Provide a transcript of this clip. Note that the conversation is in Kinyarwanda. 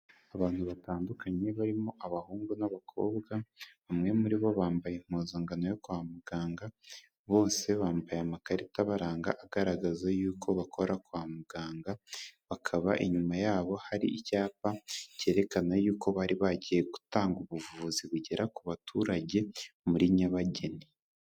Abantu batandukanye barimo abahungu n'abakobwa, bamwe muri bo bambaye impuzangano yo kwa muganga, bose bambaye amakarita abaranga agaragaza yuko bakora kwa muganga, bakaba inyuma yabo hari icyapa cyerekana yuko bari bagiye gutanga ubuvuzi bugera ku baturage muri Nyabageni.